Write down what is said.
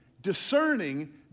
Discerning